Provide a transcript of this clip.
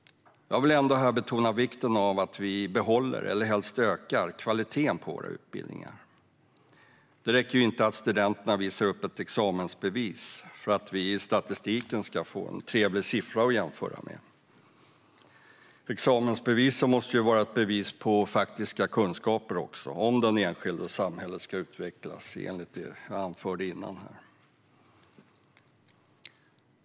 Här vill jag dock betona vikten av att vi behåller - eller helst ökar - kvaliteten på våra utbildningar. Det räcker inte att studenterna visar upp ett examensbevis för att vi ska få en trevlig siffra att jämföra med i statistiken, utan examensbeviset måste också vara ett bevis på faktiska kunskaper om den enskilde och samhället ska utvecklas i enlighet med det jag anförde tidigare.